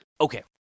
Okay